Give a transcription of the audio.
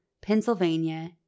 Pennsylvania